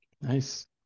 Nice